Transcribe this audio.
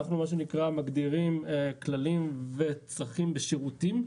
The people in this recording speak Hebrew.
אנחנו מגדירים כללים וצרכים בשירותים,